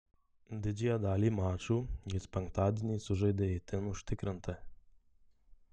didžiąją dalį mačų jis penktadienį sužaidė itin užtikrintai